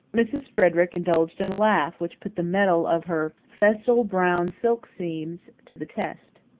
mrs. frederick indulged in a laugh which put the mettle of her festal brown silk seams to the test.